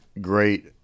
great